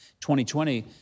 2020